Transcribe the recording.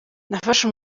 nafashe